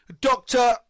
Doctor